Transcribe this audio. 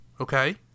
okay